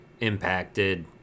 impacted